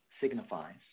signifies